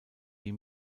die